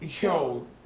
yo